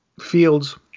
fields